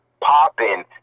popping